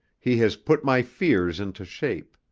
he has put my fears into shape,